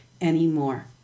anymore